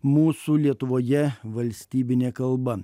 mūsų lietuvoje valstybinė kalba